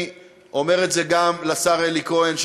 אני אומר את זה גם לשר אלי כהן,